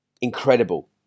Incredible